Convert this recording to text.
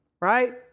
Right